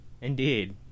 Indeed